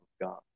God